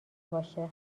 باشه